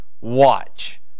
watch